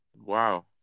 Wow